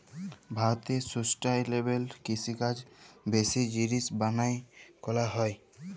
ভারতে সুস্টাইলেবেল কিষিকাজ বেশি জিলিস বালাঁয় ক্যরা হ্যয়